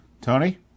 Tony